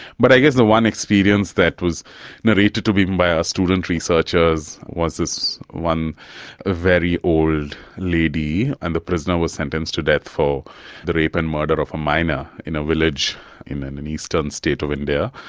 but i guess the one experience that was narrated to me by our student researchers was this one ah very old lady, and the prisoner was sentenced to death for the rape and murder of a minor in a village in and an eastern state of india.